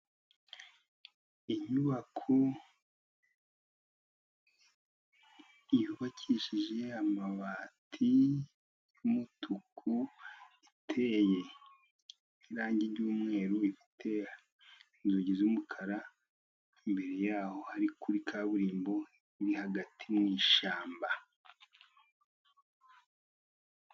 Inyubako yubakishije amabati yumutuku iteye irangi ryumweru, ifite inzugi z'umukara imbere yaho hari kuri kaburimbo iri hagati mu ishyamba.